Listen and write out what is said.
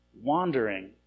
wandering